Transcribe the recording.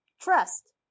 trust